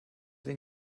den